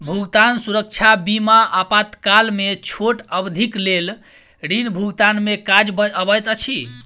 भुगतान सुरक्षा बीमा आपातकाल में छोट अवधिक लेल ऋण भुगतान में काज अबैत अछि